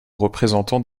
représentant